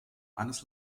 eines